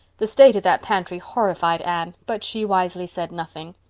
the state of that pantry horrified anne, but she wisely said nothing.